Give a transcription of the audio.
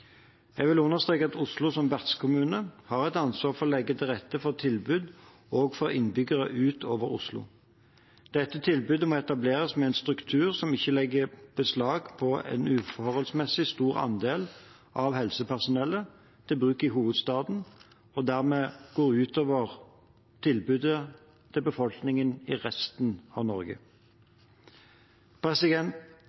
Jeg vil understreke at Oslo som vertskommune har et ansvar for å legge til rette for tilbud også for innbyggere utover Oslo. Dette tilbudet må etableres med en struktur som ikke legger beslag på en uforholdsmessig stor andel av helsepersonellet i hovedstaden og dermed går ut over tilbudet til befolkningen i resten av Norge.